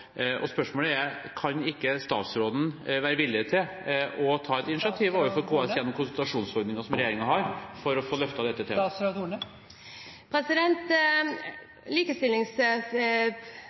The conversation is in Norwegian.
Spørsmålet er: Kan ikke statsråden være villig til å ta et initiativ overfor KS gjennom konsultasjonsordningen som regjeringen har, for å få løftet dette